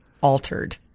altered